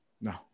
No